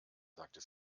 sagte